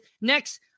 next